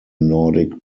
nordic